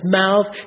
mouth